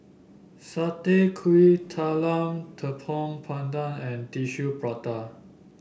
Satay Kuih Talam Tepong Pandan and Tissue Prata